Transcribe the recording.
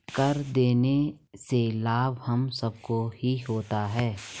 कर देने से लाभ हम सबको ही होता है